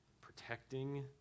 protecting